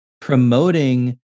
promoting